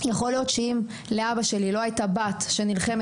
יכול להיות שאם לאבא שלי לא היתה בת שנלחמת